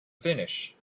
finnish